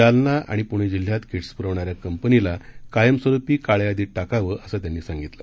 जालना आणि पुणे जिल्ह्यात किटस् पुरवणाऱ्या कंपनीला कायम स्वरुपी काळया यादीत टाकावं असं त्यांनी सांगितलं